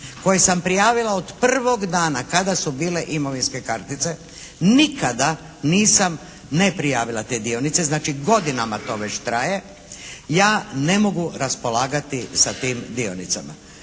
koje sam prijavila od prvog dana kada su bile imovinske kartice, nikada nisam ne prijavila te dionice, znači godinama to već traje. Ja ne mogu raspolagati sa tim dionicama.